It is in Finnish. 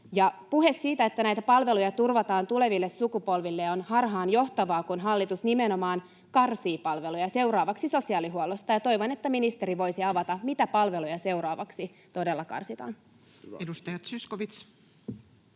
Puhe siitä, että näitä palveluja turvataan tuleville sukupolville, on harhaanjohtavaa, kun hallitus nimenomaan karsii palveluja, seuraavaksi sosiaalihuollosta. Toivon, että ministeri voisi avata, mitä palveluja seuraavaksi todella karsitaan. Edustaja Zyskowicz.